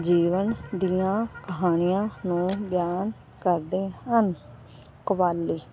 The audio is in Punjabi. ਜੀਵਨ ਦੀਆਂ ਕਹਾਣੀਆਂ ਨੂੰ ਬਿਆਨ ਕਰਦੇ ਹਨ ਕਵਾਲੀ